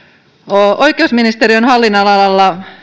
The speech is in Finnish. oikeusministeriön hallinnonalalla